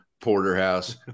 porterhouse